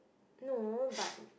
no but